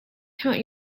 count